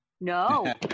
No